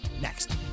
next